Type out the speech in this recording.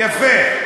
יפה.